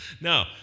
no